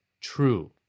true